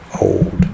old